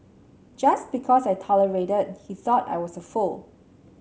just because I tolerated he thought I was a fool